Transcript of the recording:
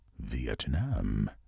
Vietnam